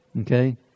Okay